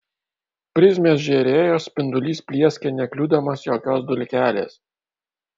prizmės žėrėjo spindulys plieskė nekliudomas jokios dulkelės